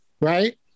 Right